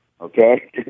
okay